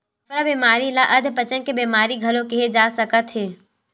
अफरा बेमारी ल अधपचन के बेमारी घलो केहे जा सकत हे